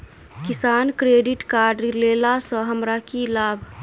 किसान credit card लेला सऽ हमरा की लाभ?